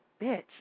bitch